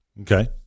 Okay